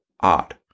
odd